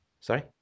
Sorry